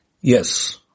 Yes